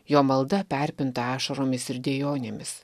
jo malda perpinta ašaromis ir dejonėmis